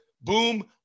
boom